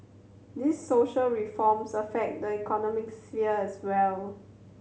these social reforms affect the economic sphere as well